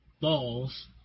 balls